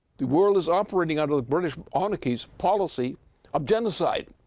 the world is operating under the british monarchy's policy of genocide.